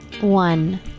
one